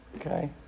Okay